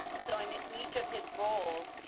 so in each of his roles,